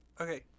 Okay